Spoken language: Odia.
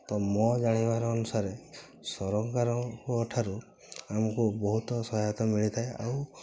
ତ ମୋ ଜାଣିବାର ଅନୁସାରେ ସରକାରଙ୍କ ଠାରୁ ଆମକୁ ବହୁତ ସହାୟତ ମିଳିଥାଏ ଆଉ